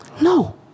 No